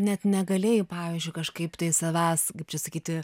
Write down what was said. net negalėjai pavyzdžiui kažkaip tai savęs kaip čia sakyti